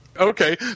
Okay